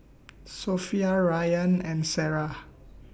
Sofea Rayyan and Sarah